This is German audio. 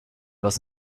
was